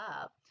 up